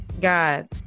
God